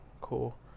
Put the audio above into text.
cool